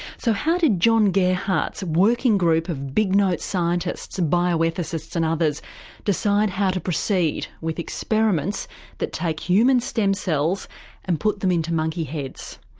so how did john gearhart's working group of big-note scientists, bioethicists and others decide how to proceed with experiments that take human stem cells and put them into monkey heads?